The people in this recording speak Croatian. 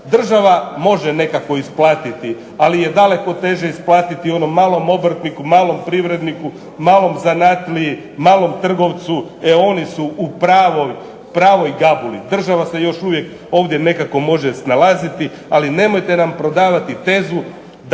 država može nekako isplatiti, ali je daleko teže isplatiti onom malom obrtniku, malom privredniku, malom zanatliji, malom trgovcu e oni su u pravoj gabuli. Država se još uvijek ovdje nekako može snalaziti, ali nemojte nam prodavati tezu da